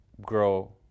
grow